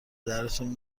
دردتون